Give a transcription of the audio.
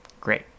Great